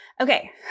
Okay